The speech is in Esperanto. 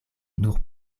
nur